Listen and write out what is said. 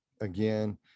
again